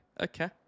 okay